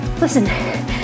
Listen